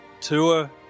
tour